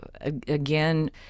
Again